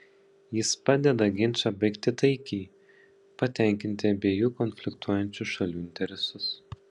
jis padeda ginčą baigti taikiai patenkinti abiejų konfliktuojančių šalių interesus